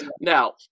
Now